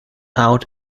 out